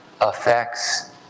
affects